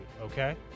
okay